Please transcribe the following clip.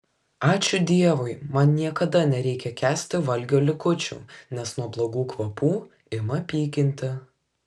ačiū dievui man niekada nereikia kęsti valgio likučių nes nuo blogų kvapų ima pykinti